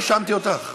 אני לא האשמתי אותך.